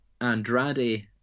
Andrade